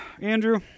Andrew